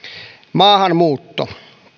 maahanmuutto